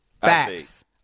Facts